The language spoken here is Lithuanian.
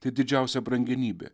tai didžiausia brangenybė